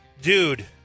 dude